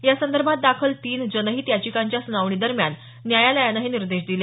यासंदर्भात दाखल तीन जनहित याचिकांच्या सुनावणीदरम्यान न्यायालयानं हे निर्देश दिले